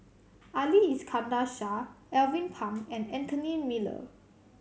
Ali Iskandar Shah Alvin Pang and Anthony Miller